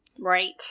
Right